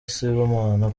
sibomana